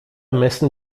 messen